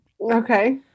Okay